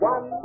One